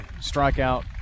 strikeout